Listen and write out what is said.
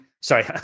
Sorry